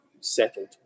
settled